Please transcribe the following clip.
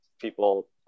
people